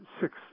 six